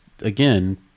again